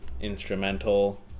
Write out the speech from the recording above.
instrumental